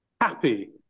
happy